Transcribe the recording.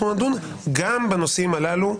אנחנו נדון גם בנושאים הללו.